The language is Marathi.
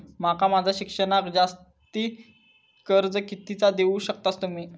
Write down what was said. माका माझा शिक्षणाक जास्ती कर्ज कितीचा देऊ शकतास तुम्ही?